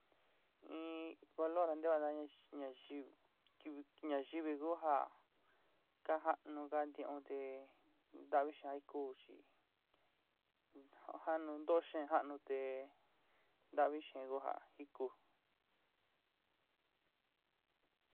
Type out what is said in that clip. In valor ja ntevana nayú, nayivi ku ja ka jatnuga ntió te ntavi xaan ikoy chi ajan nu ntó xan janu te ntavi xeengo ja ni ku.